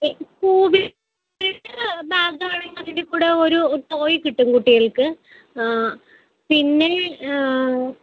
Scooby day bag ആണെങ്കിൽ അതിൽക്കൂടെ ഒരു ടോയ് കിട്ടും കുട്ടികൾക്ക് പിന്നെ